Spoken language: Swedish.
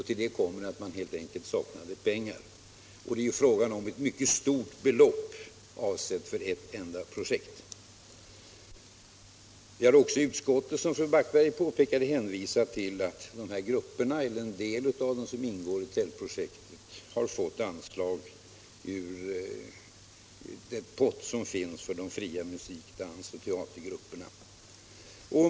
Till detta kommer att man helt enkelt saknade pengar. Det är också fråga om ett mycket stort belopp, avsett för ett enda projekt. Vi har i utskottet hänvisat till att de grupper som ingår i Tältprojektet har fått anslag ur den pott som finns för fria musik-, dansoch teatergrupper.